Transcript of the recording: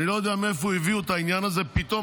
אני לא יודע מאיפה הביאו את העניין הזה פתאום.